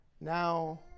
now